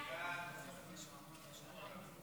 ההצעה להעביר את הצעת חוק למניעת הוצאה של